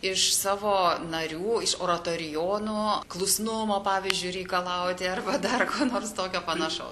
iš savo narių iš oratorijonų klusnumo pavyzdžiui reikalauti arba dar ko nors tokio panašaus